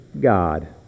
God